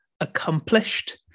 accomplished